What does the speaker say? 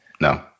No